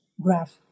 graph